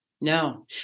no